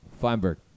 Feinberg